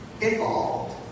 Involved